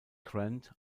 grant